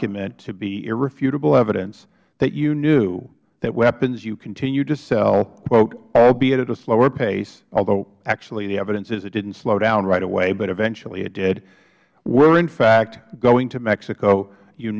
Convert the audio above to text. irrefutable evidence that you knew that weapons you continued to sell quote albeit at a slower paceh although actually the evidence is it didn't slow down right away but eventually it did were in fact going to mexico you